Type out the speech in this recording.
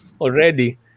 already